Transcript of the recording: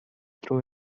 throw